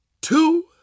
two